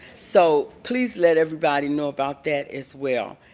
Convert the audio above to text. so please let everybody know about that as well.